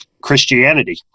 Christianity